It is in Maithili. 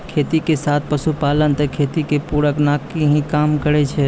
खेती के साथ पशुपालन त खेती के पूरक नाकी हीं काम करै छै